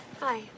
Hi